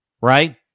right